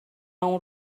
اون